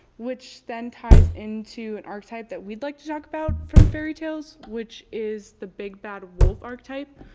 which then ties into an archetype that we'd like to talk about from fairytales, which is the big bad wolf archetype.